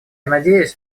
надеюсь